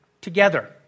together